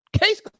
Case